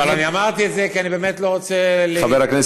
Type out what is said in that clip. אבל אני אמרתי את זה כי אני באמת לא רוצה להיות מוגדר,